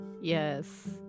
Yes